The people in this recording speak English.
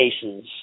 cases